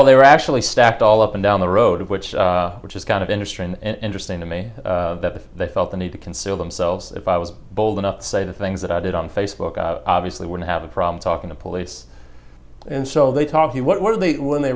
yeah they were actually stacked all up and down the road which which is kind of industry and interesting to me that if they felt the need to conceal themselves if i was bold enough to say the things that i did on facebook i obviously wouldn't have a problem talking to police and so they talk he what were they when they